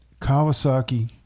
Kawasaki